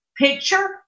picture